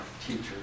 teachers